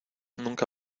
nunca